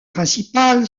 principal